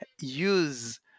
use